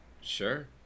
Sure